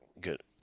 good